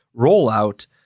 rollout